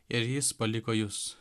ir jis paliko jus